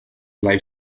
life